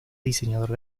diseñador